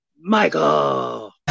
Michael